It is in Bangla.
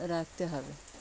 রাখতে হবে